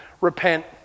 Repent